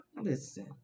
listen